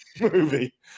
movie